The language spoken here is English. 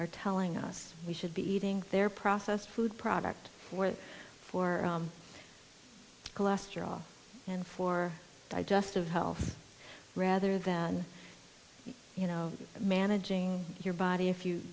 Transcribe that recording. are telling us we should be eating their processed food product where for cholesterol and for digest of health rather than you know managing your body if you